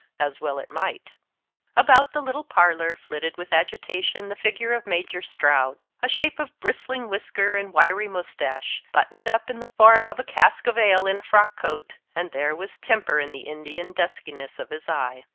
as well it might about the little parlour flitted with agitation the figure of major stroud a shape of bristling whisker and wiry moustache, buttoned up in the form of a cask of ale in a frock-coat, and there was temper in the indian duskiness of his eye.